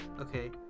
Okay